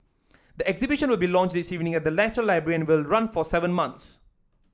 the exhibition will be launched this evening at the National Library and will run for seven months